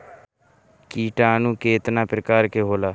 किटानु केतना प्रकार के होला?